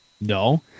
No